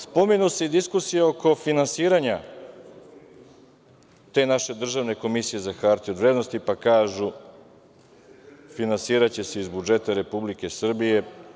Spominje se i diskusija oko finansiranja te naše državne Komisije za hartije od vrednosti, pa kažu – finansiraće se iz budžeta Republike Srbije.